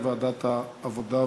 לוועדת העבודה והרווחה.